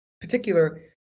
particular